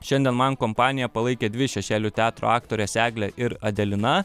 šiandien man kompaniją palaikė dvi šešėlių teatro aktorės eglė ir adelina